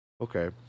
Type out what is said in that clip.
Okay